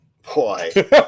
Boy